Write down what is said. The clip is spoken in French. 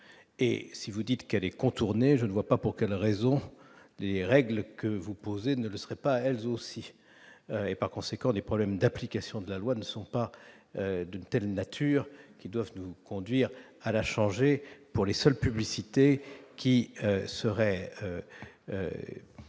et si vous dites qu'elle est contournée, je ne vois pas pour quelle raison les règles que vous posez, ne serait pas elles aussi et par conséquent des problèmes d'application de la loi, ne sont pas d'une telle nature qui doivent nous conduire à la changer pour les seules publicités qui seraient déployés